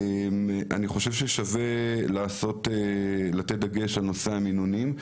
שווה לתת דגש על נושא המינונים.